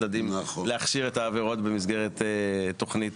הצדדים להכשיר את העבירות במסגרת תוכנית.